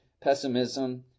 pessimism